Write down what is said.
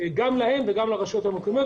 גם להם וגם לרשויות המקומיות,